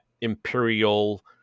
Imperial